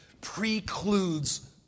precludes